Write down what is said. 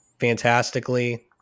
fantastically